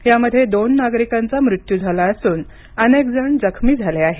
यामध्ये दोन नागरिकांचा मृत्यू झाला असून अनेकजण जखमी झाले आहेत